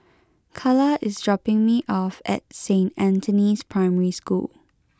Calla is dropping me off at Saint Anthony's Primary School